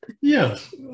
Yes